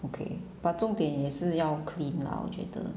okay but 重点也是要 clean lah 我觉得